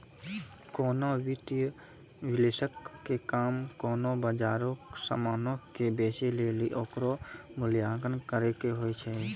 कोनो वित्तीय विश्लेषक के काम कोनो बजारो के समानो के बेचै लेली ओकरो मूल्यांकन करै के होय छै